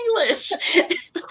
english